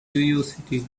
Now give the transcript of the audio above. curiosity